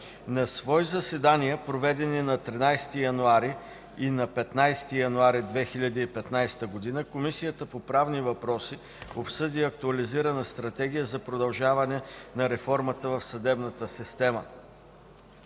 На свои заседания, проведени на 13 януари 2015 г. и 15 януари 2015 г., Комисията по правни въпроси обсъди Актуализирана стратегия за продължаване на реформата в съдебната система.